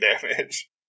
damage